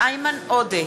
איימן עודה,